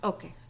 Okay